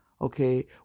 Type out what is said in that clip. okay